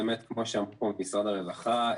כפי שאמרו ממשרד הרווחה,